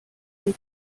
and